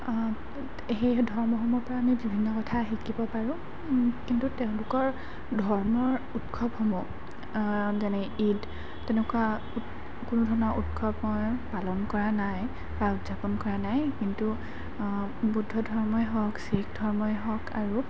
সেই ধৰ্মসমূহৰ পৰা আমি বিভিন্ন কথা শিকিব পাৰোঁ কিন্তু তেওঁলোকৰ ধৰ্মৰ উৎসৱসমূহ যেনে ঈদ তেনেকুৱা কোনো ধৰণৰ উৎসৱ মই পালন কৰা নাই বা উদযাপন কৰা নাই কিন্তু বুদ্ধ ধৰ্মই হওক ছিখ ধৰ্মই হওক আৰু